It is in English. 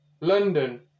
London